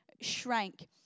shrank